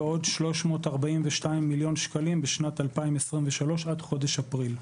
ועוד 342 מיליון שקלים בשנת 2023 עד חודש אפריל.